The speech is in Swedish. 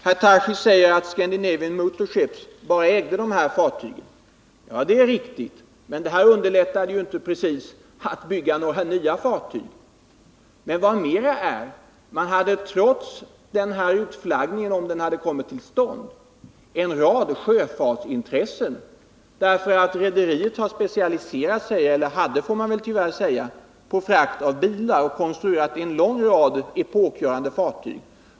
Herr Tarschys säger att Scandinavian Motorships ägde bara de två fartyg som det handlar om i det här ärendet. Ja, det är riktigt, men regeringens beslut underlättade ju inte precis för företaget att skaffa några nya fartyg. Och vad mera är: Företaget hade trots utflaggningen, om den hade kommit till stånd, en rad sjöfartsintressen. Rederiet har specialiserat sig — eller hade, får man tyvärr säga — på frakt av bilar och konstruerat en lång rad epokgörande fartyg.